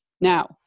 now